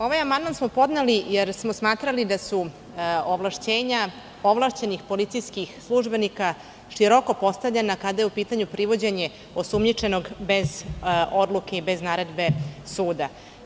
Ovaj amandman smo podneli jer smo smatrali da su ovlašćenja ovlašćenih policijskih službenika široko postavljena kada je u pitanju privođenje osumnjičenog bez odluke i bez naredbe suda.